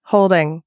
Holding